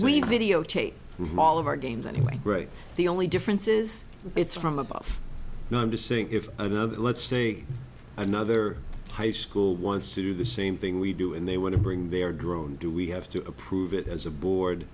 we videotape we've all of our games anyway the only difference is it's from above and i'm just saying if another let's say another high school wants to do the same thing we do and they want to bring their drone do we have to approve it as a board